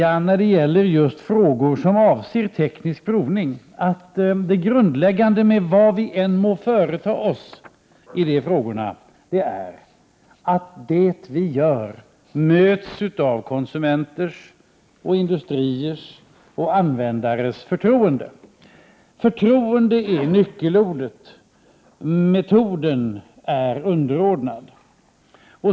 När det gäller frågor som avser teknisk provning kanske man skall säga att det grundläggande med vad vi än må företa oss är att det vi gör möts av konsumenters, industriers och användares förtroende. Förtroendet är nyckelordet. Metoden är underordnad.